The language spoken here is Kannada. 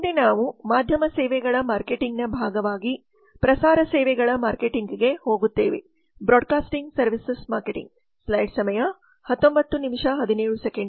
ಮುಂದೆ ನಾವು ಮಾಧ್ಯಮ ಸೇವೆಗಳ ಮಾರ್ಕೆಟಿಂಗ್ನ ಭಾಗವಾಗಿ ಪ್ರಸಾರ ಸೇವೆಗಳ ಮಾರ್ಕೆಟಿಂಗ್ಗೆ ಹೋಗುತ್ತೇವೆ